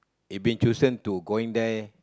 if been chosen to going there